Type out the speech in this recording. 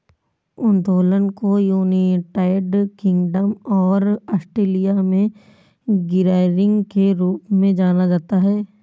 उत्तोलन को United Kingdom और ऑस्ट्रेलिया में गियरिंग के रूप में जाना जाता है